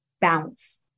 bounce